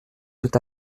tout